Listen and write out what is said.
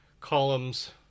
columns